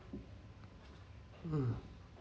mm